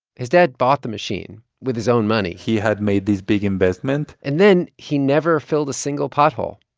his dad bought the machine with his own money he had made this big investment and then he never filled a single pothole.